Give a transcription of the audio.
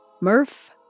Murph